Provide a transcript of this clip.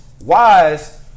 wise